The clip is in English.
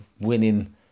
winning